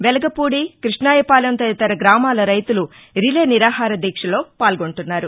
వెలగపూడి క్బష్ణాయపాలెం తదితర గ్రామాల రైతులు రిలే నిరాహారదీక్షల్లో పాల్గొంటున్నారు